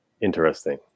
interesting